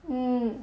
mm